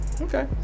Okay